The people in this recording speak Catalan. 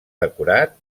decorat